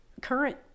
current